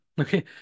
okay